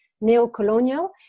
neo-colonial